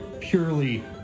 purely